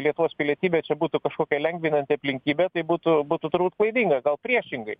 lietuvos pilietybė čia būtų kažkokia lengvinanti aplinkybė tai būtų būtų turbūt klaidinga gal priešingai